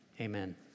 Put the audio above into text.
amen